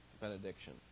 benediction